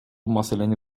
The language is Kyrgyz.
маселени